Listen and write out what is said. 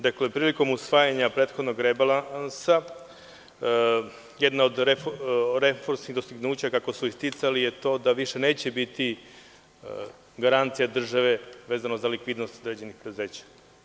Dakle, prilikom usvajanja prethodnog rebalansa, jedna od reformskih dostignuća, kako su isticali, je to da više neće biti garancija države, vezano za likvidnost određenih preduzeća.